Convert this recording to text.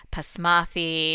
Pasmathi